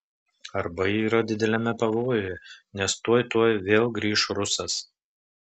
arba ji yra dideliame pavojuje nes tuoj tuoj vėl grįš rusas